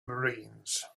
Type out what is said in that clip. marines